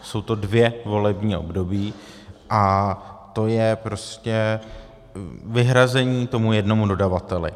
Jsou to dvě volební období a to je prostě vyhrazení tomu jednomu dodavateli.